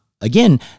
Again